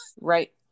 Right